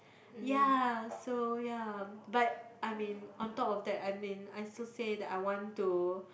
ya so ya but I mean on top of that I mean I also say that I want to